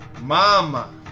Mama